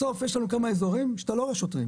בסוף יש לנו כמה אזורים שאתה לא רואה שוטרים,